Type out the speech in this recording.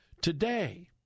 Today